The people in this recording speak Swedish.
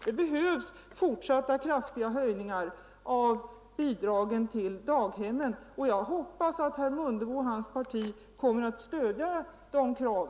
Det behövs fortsatta kraftiga höjningar av bidragen till daghemmen, och jag hoppas att herr Mundebo och hans parti kommer att stödja våra krav.